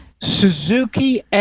Suzuki